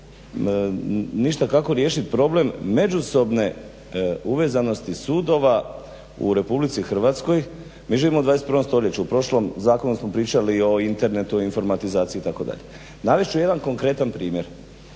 ništa kako riješit problem međusobne uvezanosti sudova u Republici Hrvatskoj. Mi živimo u 21. stoljeću, u prošlom zakonu smo pričali o internetu, informatizaciji itd. Navest ću jedan konkretan primjer.